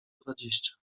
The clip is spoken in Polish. dwadzieścia